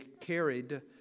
carried